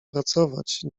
pracować